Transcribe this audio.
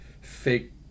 fake